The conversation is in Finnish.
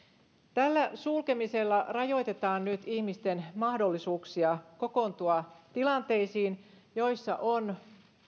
tällä sulkemisella rajoitetaan nyt ihmisten mahdollisuuksia kokoontua tilanteisiin joissa on